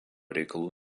reikalų